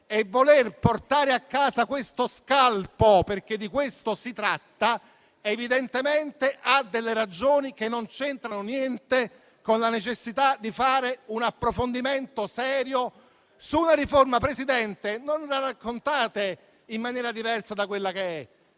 e voler portare a casa questo scalpo, perché di questo si tratta, evidentemente ha delle ragioni che non c'entrano niente con la necessità di fare un approfondimento serio su una riforma - non la raccontate in maniera diversa da quella che è